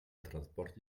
transport